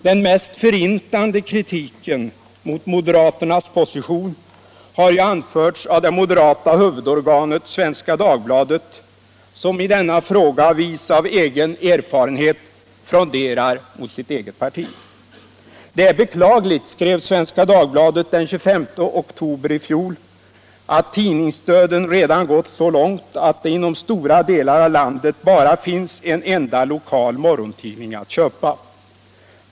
Den mest förintande kritiken mot moderaternas position har anförts av det moderata huvudorganet Svenska Dagbladet, som i denna fråga, vis av egen erfarenhet, fronderar mot sitt eget parti. Det är beklagligt, skrev Svenska Dagbladet den 25 oktober i fjol, att tidningsdöden redan gått så långt att det inom stora delar av landet bara finns en enda lokal morgontidning att köpa.